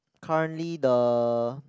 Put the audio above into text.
currently the